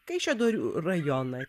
kaišiadorių rajoną